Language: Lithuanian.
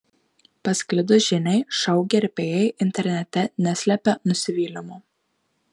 pasklidus žiniai šou gerbėjai internete neslepia nusivylimo